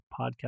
podcast